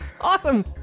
Awesome